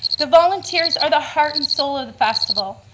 the volunteers are the heart and soul of the festival.